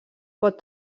pot